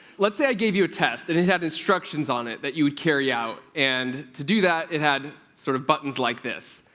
let's say i gave you a test and it had instructions on it that you would carry out, and to do that, it had sort of buttons like this.